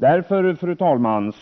Därför, fru talman,